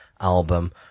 album